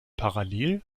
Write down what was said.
parallel